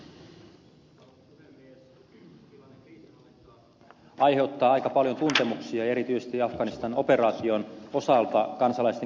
sotilaallinen kriisinhallinta aiheuttaa aika paljon tuntemuksia erityisesti afganistan operaation osalta kansalaisten keskuudessa